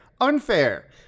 unfair